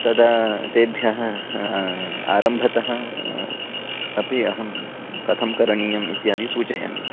तदा तेभ्यः आरम्भतः अपि अहं कथं करणीयम् इत्यादि सूचयामि